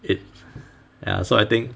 it ya so I think